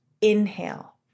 Inhale